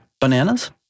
Bananas